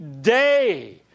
day